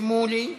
שמולי,